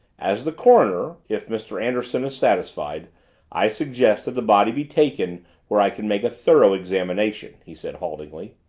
as the coroner if mr. anderson is satisfied i suggest that the body be taken where i can make a thorough examination, he said haltingly.